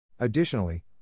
Additionally